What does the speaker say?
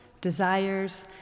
desires